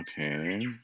Okay